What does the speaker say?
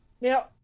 Now